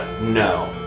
No